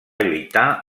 lluitar